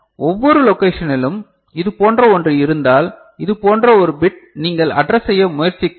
ஒவ்வொரு லோகேஷனிலும் இதுபோன்ற ஒன்று இருந்தால் இதுபோன்ற ஒரு பிட் நீங்கள் அட்ரெஸ் செய்ய முயற்சிக்கிறீர்கள்